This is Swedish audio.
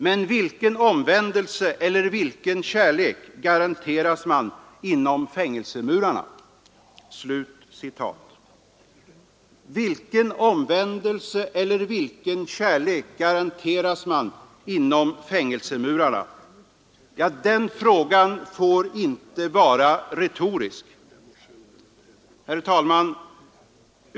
Men vilken omvändelse eller vilken kärlek garanteras man inom fängelsemurarna? ” Vilken omvändelse eller vilken kärlek garanteras man inom fängelsemurarna? Den frågan får inte vara retorisk. Herr talman!